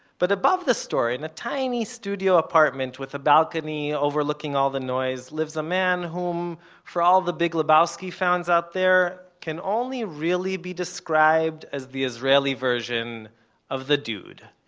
but above the store, in a tiny studio apartment with a balcony overlooking all the noise, lives a man whom for all the big lebowski fans out there can only really be described as the israeli version of the dude